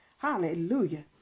Hallelujah